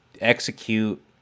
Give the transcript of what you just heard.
execute